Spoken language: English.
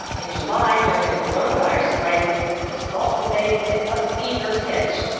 in july during the coronavirus crisis, the salt debate hit a fever pitch.